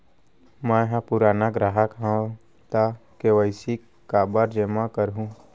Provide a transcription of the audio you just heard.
मैं ह पुराना ग्राहक हव त के.वाई.सी काबर जेमा करहुं?